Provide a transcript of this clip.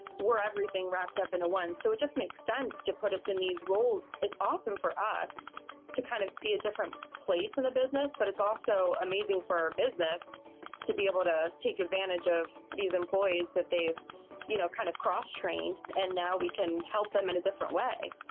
we are everything wrapped up into one, so it just makes sense to put us in these roles. it's awesome for us to kind of see a different place in the business, but it's also amazing for our business to be able to take advantage of these employees that they have you know kind of cross-trained, and now we can help them in a different way.